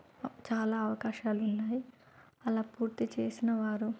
చాలా అవకాశాలున్నాయి అలా పూర్తి చేసిన వారు